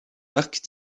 marques